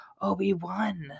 Obi-Wan